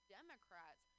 Democrats